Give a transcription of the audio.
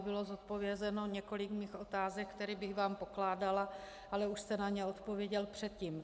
Bylo zodpovězeno několik mých otázek, které bych vám pokládala, ale už jste na ně odpověděl předtím.